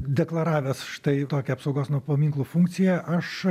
deklaravęs štai tokią apsaugos nuo paminklų funkciją aš